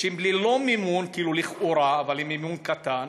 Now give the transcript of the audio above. שהם ללא מימון, כאילו, לכאורה, אבל הם במימון קטן,